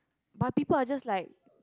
but people are just like